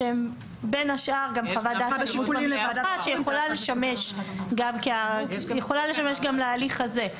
שהן בין השאר גם חוות דעת אלימות במשפחה שיכולה לשמש גם להליך הזה,